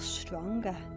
stronger